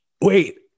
Wait